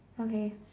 okay